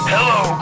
Hello